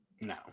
No